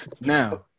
Now